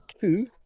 Two